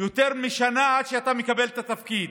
יותר משנה עד שאתה מקבל את התפקיד,